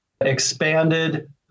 expanded